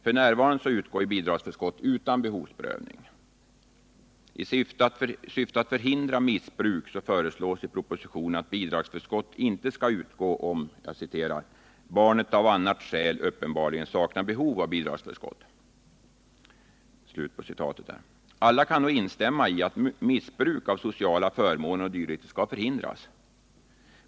F. n. utgår bidragsförskott utan behovsprövning. I syfte att förhindra missbruk föreslås i propositionen att bidragsförskott inte skall utgå om ”barnet av annat skäl uppenbarligen saknar behov av bidragsförskott”. Alla kan nog instämma i att missbruk av sociala förmåner o.d. skall förhindras.